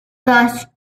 the